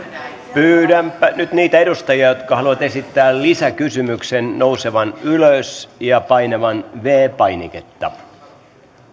pyydänpä nyt niitä edustajia jotka haluavat esittää lisäkysymyksen nousemaan ylös ja painamaan viides painiketta